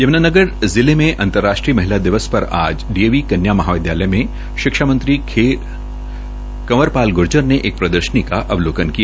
यमूना नगर जिले में अंतर्राष्ट्रीय महिला दिवस पर डी ए वी कन्या महाविदयालय में शिक्षा मंत्री कवंर पाल ग्र्जर ने एक प्रदर्शनी का अवलोकन किया